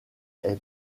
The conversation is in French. est